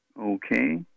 Okay